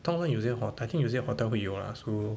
当然有些 I think 有些 hotel 会有 lah so